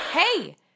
Hey